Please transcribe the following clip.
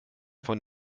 von